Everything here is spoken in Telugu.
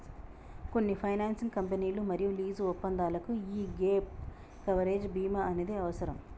కొన్ని ఫైనాన్సింగ్ కంపెనీలు మరియు లీజు ఒప్పందాలకు యీ గ్యేప్ కవరేజ్ బీమా అనేది అవసరం